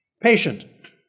Patient